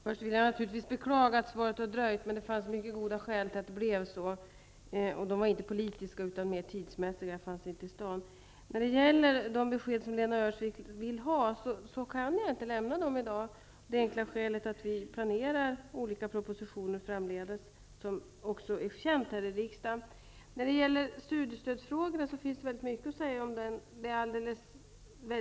Fru talman! Först vill jag naturligtvis beklaga att svaret har dröjt. Men det fanns mycket goda skäl till att det blev så. Det var inte politiska utan mer tidsmässiga skäl. Jag var nämligen inte i staden. Jag kan i dag inte lämna de besked Lena Öhrsvik vill ha av det enkla skälet att regeringen planerar att lägga fram olika propositioner framdeles. Det är känt i riksdagen. Det finns mycket att säga om studiestödsfrågan.